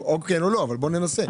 או כן או לא, אבל בואו ננסה.